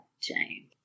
James